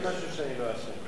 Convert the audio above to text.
תודה רבה, אדוני היושב-ראש.